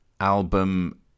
album